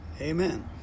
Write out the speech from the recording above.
Amen